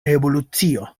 revolucio